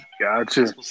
Gotcha